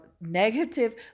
negative